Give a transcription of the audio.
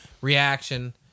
reaction